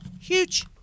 huge